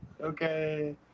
Okay